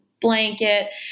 blanket